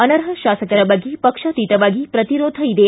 ಅನರ್ಪ ಶಾಸಕರ ಬಗ್ಗೆ ಪಕ್ಷಾತೀತವಾಗಿ ಪ್ರತಿರೋಧ ಇದೆ